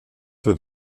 für